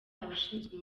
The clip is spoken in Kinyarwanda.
abashinzwe